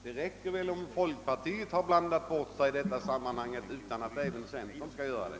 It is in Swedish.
Det räcker väl att folkpartiet har blandat bort sig i detta sammanhang — inte behöver även centern göra det!